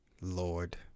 lord